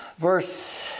Verse